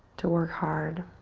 to work hard,